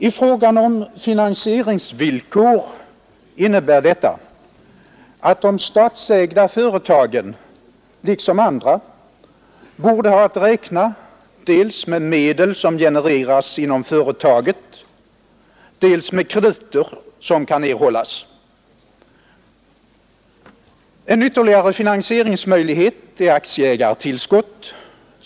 I fråga om finansieringsvillkor innebär detta att de statsägda företagen liksom andra borde ha att räkna dels med medel som genererats inom företaget, dels med krediter som kan erhållas. En ytterligare finansieringsmöjlighet är aktieägartillskott.